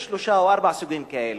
יש שלושה או ארבעה סוגים כאלה.